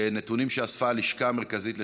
נתונים שאספה הלשכה המרכזית לסטטיסטיקה.